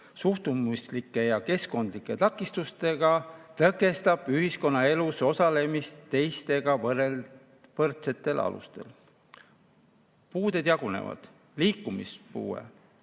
suhtumuslike ja keskkondlike takistustega tõkestab ühiskonnaelus osalemist teistega võrdsetel alustel." Puuded jagunevad: liikumispuue,